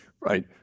Right